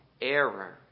error